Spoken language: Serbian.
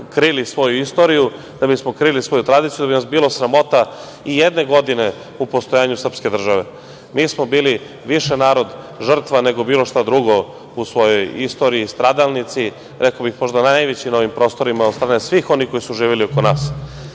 da bismo krili svoju tradiciju, da bi nas bilo sramota i jedne godine u postojanju srpske države. Mi smo bili više narod žrtva nego bilo šta drugo u svojoj istoriji, stradalnici, rekao bih možda najveći na ovim prostorima, od strane svih onih koji su živeli oko nas. Zbog